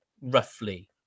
roughly